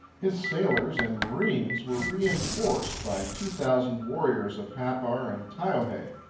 his sailors and marines were reinforced by two thousand warriors of happar and taiohae.